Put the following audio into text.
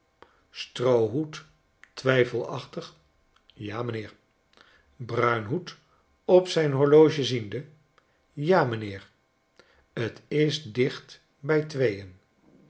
stroohoed twijfelachtig ja m'nheer bruinhoed op zijn horloge ziende ja m'nheer t is dicht bij tweeen